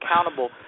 accountable